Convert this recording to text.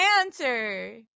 answer